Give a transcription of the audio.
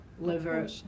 liver